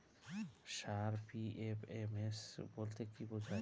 Sir PFMS বলতে কি বোঝায়?